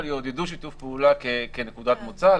אבל יעודדו שיתוף פעולה כנקודת מוצא.